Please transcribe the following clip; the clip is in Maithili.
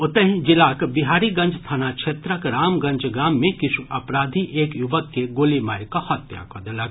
ओतहि मधेपुरा जिलाक बिहारीगंज थाना क्षेत्रक रामगंज गाम मे किछु अपराधी एक युवक के गोली मारि कऽ हत्या कऽ देलक